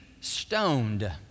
stoned